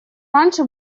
раньше